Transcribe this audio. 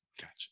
Gotcha